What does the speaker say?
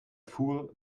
fool